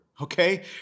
okay